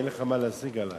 אין לך מה להשיג עלי.